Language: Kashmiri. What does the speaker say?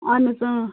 اَہن حظ